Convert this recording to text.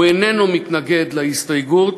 הוא אינו מתנגד להסתייגות.